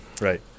right